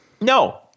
No